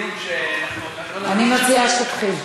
אני מציעה שתתחיל.